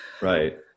right